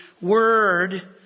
Word